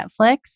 Netflix